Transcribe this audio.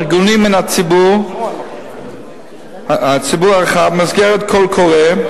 ארגונים מן הציבור הרחב במסגרת קול קורא,